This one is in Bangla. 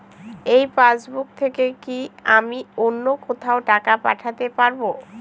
এই পাসবুক থেকে কি আমি অন্য কোথাও টাকা পাঠাতে পারব?